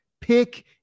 pick